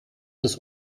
ist